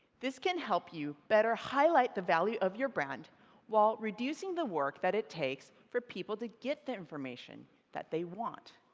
this can help you better highlight the value of your brand while reducing the work that it takes for people to get the information that they want.